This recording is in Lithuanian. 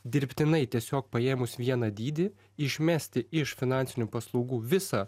dirbtinai tiesiog paėmus vieną dydį išmesti iš finansinių paslaugų visą